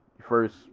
first